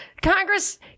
Congress